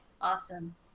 Awesome